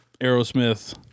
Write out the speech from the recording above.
Aerosmith